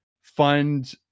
fund